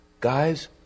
Guys